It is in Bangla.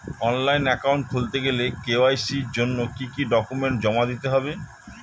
অনলাইন একাউন্ট খুলতে গেলে কে.ওয়াই.সি জন্য কি কি ডকুমেন্ট জমা দিতে হবে?